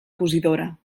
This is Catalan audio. cosidora